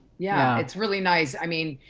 yeah. it's really nice, i mean,